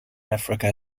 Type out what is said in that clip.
africa